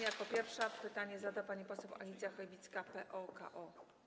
Jako pierwsza pytanie zada pani poseł Alicja Chybicka, PO-KO.